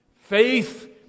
Faith